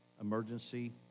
emergency